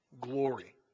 glory